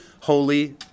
holy